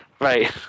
Right